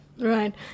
right